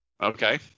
Okay